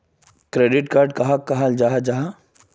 Credit card कहाक कहाल जाहा जाहा?